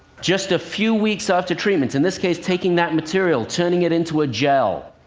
just a few weeks after treatment in this case, taking that material, turning it into a gel,